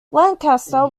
lancaster